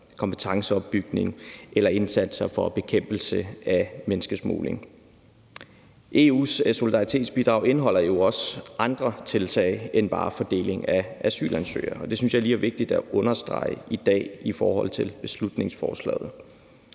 kompetenceopbygning eller indsatser for at bekæmpe menneskesmugling? EU's solidaritetsbidrag indeholder jo også andre tiltag end bare fordeling af asylansøgere, og det synes jeg lige er vigtigt at understrege i dag i forhold til beslutningsforslaget.